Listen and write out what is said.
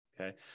Okay